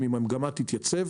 אם המגמה תתייצב,